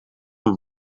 een